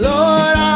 Lord